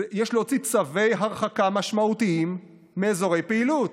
יש להוציא צווי הרחקה משמעותיים מאזורי פעילות.